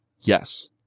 Yes